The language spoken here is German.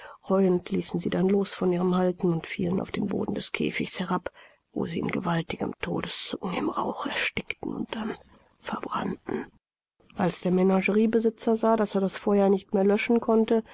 ließen sie dann los von ihrem halten und fielen auf den boden des käfigs herab wo sie in gewaltigem todeszucken im rauch erstickten und dann verbrannten als der menageriebesitzer sah daß er das feuer nicht mehr löschen konnte